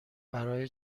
برای